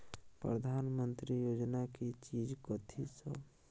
प्रधानमंत्री योजना की चीज कथि सब?